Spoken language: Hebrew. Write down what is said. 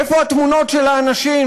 איפה התמונות של האנשים,